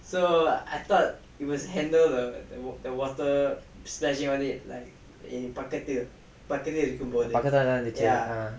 பக்கத்துலதா இருந்துச்சு:pakkathulathaa irunthuchu